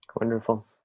Wonderful